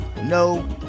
No